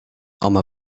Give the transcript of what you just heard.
home